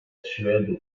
suède